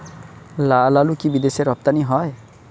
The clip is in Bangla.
লালআলু কি বিদেশে রপ্তানি হয়?